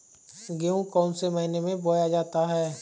गेहूँ कौन से महीने में बोया जाता है?